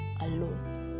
alone